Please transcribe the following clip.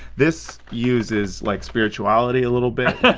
this uses like spirituality a little bit.